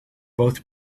both